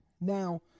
Now